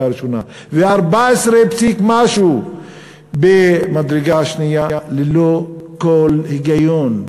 הראשונה ולכ-14 במדרגה השנייה ללא כל היגיון.